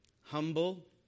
humble